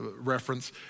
reference